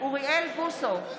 אוריאל בוסו,